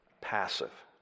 passive